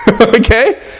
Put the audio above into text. Okay